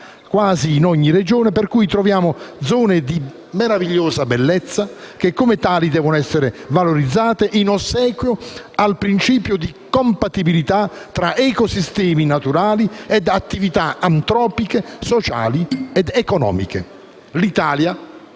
quasi in ogni Regione troviamo zone di meravigliosa bellezza, che come tali devono essere valorizzate in ossequio al principio di compatibilità tra ecosistemi naturali e attività antropiche, sociali ed economiche. L'Italia - con